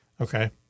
Okay